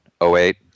08